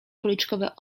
policzkowe